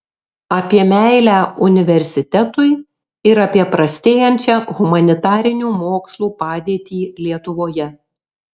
apie meilę universitetui ir apie prastėjančią humanitarinių mokslų padėtį lietuvoje